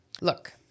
Look